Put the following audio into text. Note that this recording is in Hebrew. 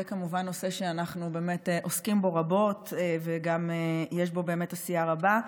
זה כמובן נושא שאנחנו עוסקים בו רבות ויש בו באמת עשייה רבה.